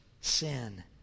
sin